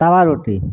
तवा रोटी